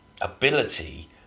ability